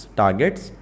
targets